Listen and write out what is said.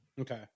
Okay